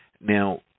Now